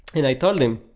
and i told him,